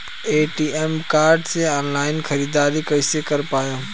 ATM card से online ख़रीदारी कइसे कर पाएम?